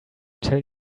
tell